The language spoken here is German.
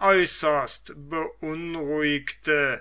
äußerst beunruhigte